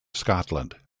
scotland